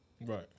Right